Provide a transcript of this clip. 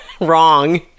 wrong